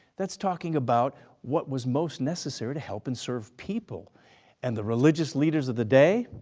that's talking about what was most necessary to help and serve people and the religious leaders of the day,